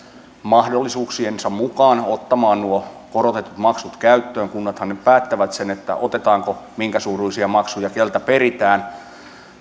mahdollisuuksiensa mukaan ottamaan nuo korotetut maksut käyttöön kunnathan ne päättävät sen että otetaanko ja minkä suuruisia maksuja ja keltä peritään